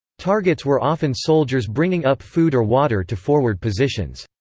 targets were often soldiers bringing up food or water to forward positions.